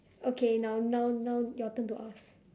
okay now now now your turn to ask